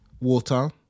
water